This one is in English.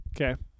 Okay